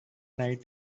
night